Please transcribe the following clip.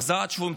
החזרת שבויים,